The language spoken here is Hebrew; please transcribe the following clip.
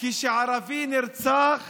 כשערבי נרצח